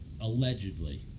allegedly